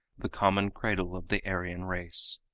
the common cradle of the aryan race.